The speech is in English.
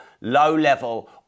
low-level